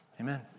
Amen